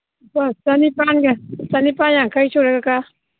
ꯂꯨꯄꯥ ꯆꯅꯤꯄꯥꯟ ꯌꯥꯡꯈꯩ ꯁꯨꯔꯦ ꯀꯀꯥ